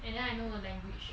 and then I know the language